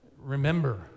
remember